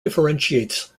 differentiates